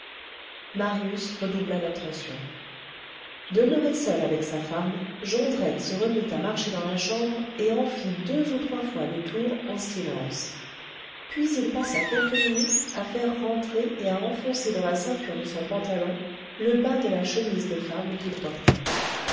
marius redoubla d'attention demeuré seul avec sa femme jondrette se remit à marcher dans la chambre et en fit deux ou trois fois le tour en silence puis il passa quelques minutes à faire rentrer et à enfoncer dans la ceinture de son pantalon le bas de la chemise de femme qu'il portait